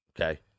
okay